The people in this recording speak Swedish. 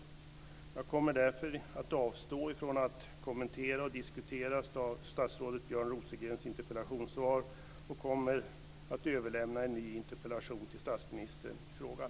Jag kommer därför att avstå från att kommentera och diskutera statsrådet Björn Rosengrens interpellationssvar och kommer att överlämna en ny interpellation till statsministern i frågan.